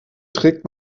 trägt